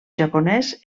japonès